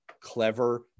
clever